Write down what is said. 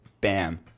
bam